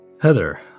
Heather